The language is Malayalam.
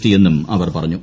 ടി എന്നും അവർ പറഞ്ഞു